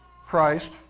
Christ